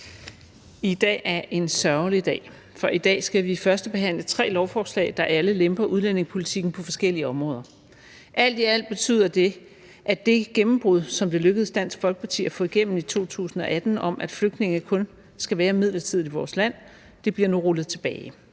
i dag er en sørgelig dag, for i dag førstebehandler vi tre lovforslag, der lemper udlændingepolitikken på forskellige områder. Alt i alt betyder det, at det gennembrud, som det lykkedes Dansk Folkeparti at få igennem i 2018, om, at flygtninge kun skal være midlertidigt i vores land, nu bliver rullet tilbage.